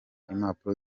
impapuro